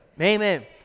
Amen